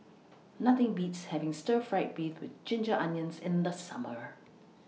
Nothing Beats having Stir Fried Beef with Ginger Onions in The Summer